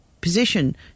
position